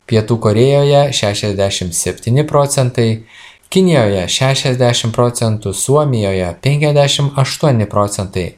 pietų korėjoje šešiasdešim septyni procentai kinijoje šešiasdešim procentų suomijoje penkiasdešim aštuoni procentai